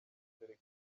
mbere